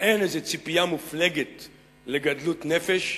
אין איזו ציפייה מופלגת לגדלות נפש,